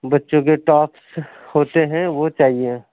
بچوں کے ٹاپس ہوتے ہیں وہ چاہیے